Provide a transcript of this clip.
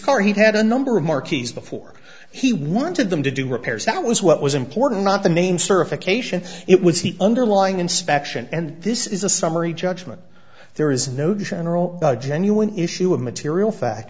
car he'd had a number of marquees before he wanted them to do repairs that was what was important not the name certification it was the underlying inspection and this is a summary judgment there is no general genuine issue of material fact